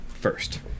first